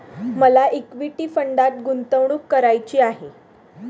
मला इक्विटी फंडात गुंतवणूक करायची आहे